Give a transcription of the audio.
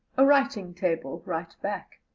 a writing table, right back.